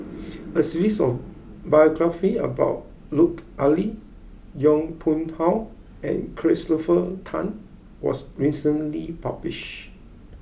a series of biographies about Lut Ali Yong Pung How and Christopher Tan was recently published